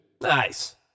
Nice